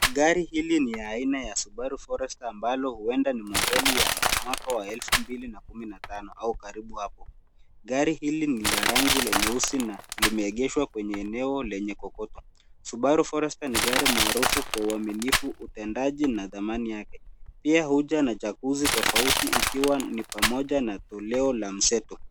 Gari hili ni ya aina ya "Subaru Forester", ambalo huenda ni magari ya mwaka wa elfu mbili na kumi na tano au karibu hapo. Gari hili ni la rangi la nyeusi na limeegeshwa kwenye eneo lenye kokoto. Subaru Forester ni gari maarufu kwa uaminifu, utendaji na thamani yake. Pia huja na chaguzi tofauti ikiwa ni pamoja na toleo la mseto.